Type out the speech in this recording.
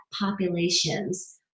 populations